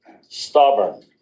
stubborn